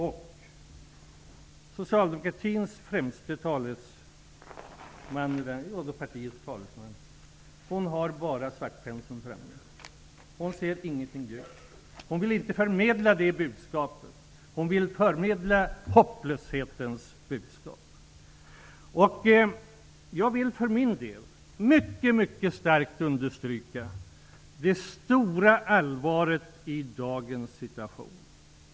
Men socialdemokratins talesman på det här området har bara svartpenseln framme. Hon kan inte se och vill inte förmedla budskapet om ljus, utan hon vill förmedla hopplöshetens budskap. För min del vill jag mycket starkt understryka det stora allvaret i dagens situation.